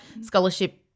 Scholarship